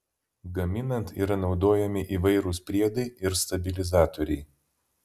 gaminant yra naudojami įvairūs priedai ir stabilizatoriai